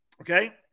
Okay